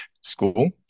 school